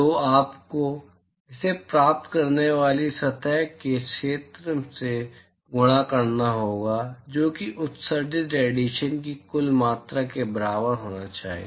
तो आपको इसे प्राप्त करने वाली सतह के सतह क्षेत्र से गुणा करना होगा जो कि उत्सर्जित रेडिएशन की कुल मात्रा के बराबर होना चाहिए